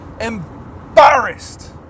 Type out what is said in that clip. embarrassed